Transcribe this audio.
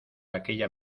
aquella